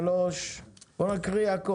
33. בוא נקריא את הכל,